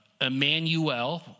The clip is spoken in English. Emmanuel